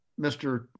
Mr